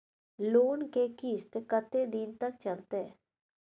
Loan के किस्त कत्ते दिन तक चलते?